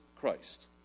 christ